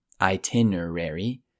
itinerary